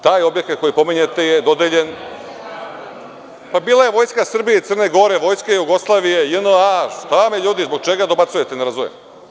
Taj objekat koji pominjete je dodeljen, bila je Vojska Srbije i Crne Gore, Vojska Jugoslavije, JNA, šta vam je ljudi, zbog čega dobacujete, ne razumem?